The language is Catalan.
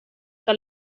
que